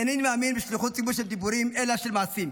אינני מאמין בשליחות ציבור של דיבורים אלא של מעשים.